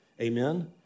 amen